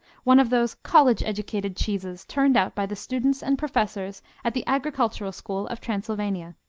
one of those college-educated cheeses turned out by the students and professors at the agricultural school of transylvania.